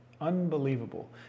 unbelievable